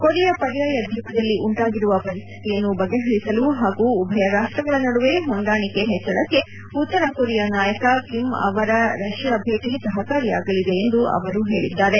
Korea ಪರ್ಯಾಯ ದ್ವೀಪದಲ್ಲಿ ಉಂಟಾಗಿರುವ ಪರಿಸ್ದಿತಿಯನ್ನು ಬಗೆಹರಿಸಲು ಹಾಗೂ ಉಭಯ ರಾಷ್ವಗಳ ನಡುವೆ ಹೊಂದಾಣಿಕೆ ಹೆಚ್ಚಳಕ್ಕೆ ಉತ್ತರ ಕೊರಿಯಾ ನಾಯಕ ಕಿಮ್ ಅವರ ರಷ್ಯಾ ಭೇಟಿ ಸಹಕಾರಿಯಾಗಲಿದೆ ಎಂದು ಅವರು ಹೇಳಿದ್ದಾರೆ